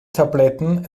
tabletten